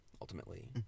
ultimately